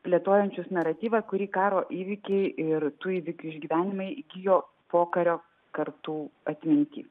plėtojančius naratyvą kurį karo įvykiai ir tų įvykių išgyvenimai įgijo pokario kartų atminty